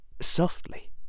softly